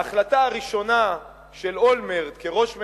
ההחלטה הראשונה של אולמרט כראש ממשלה,